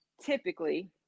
typically